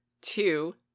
two